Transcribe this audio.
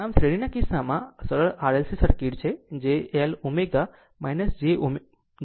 આમ શ્રેણીના કિસ્સામાં સરળ RLC સર્કિટ છે જે j L ω jω C